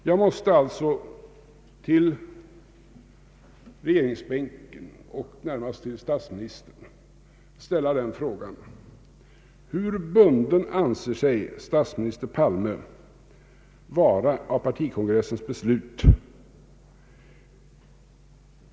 Jag måste alltså till regeringsbänken och närmast till statsministern ställa frågan: Hur bunden anser sig statsminister Palme vara av partikongressens beslut?